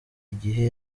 igihe